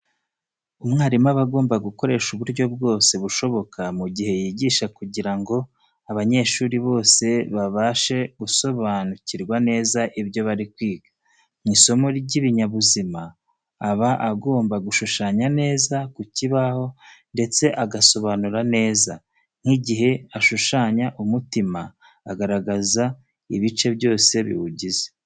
Umwarimu aba agomba gukoresha uburyo bwose bushoboka mu gihe yigisha kugira ngo abanyeshuri bose babashe gusobanukirwa neza ibyo bari kwiga. Mu isomo ry'ibinyabuzima aba agomba gushushanya neza ku kibaho, ndetse agasobanura neza. Nk'igihe ashushanya umutima agaragaza ibice byose biwugize.